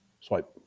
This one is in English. swipe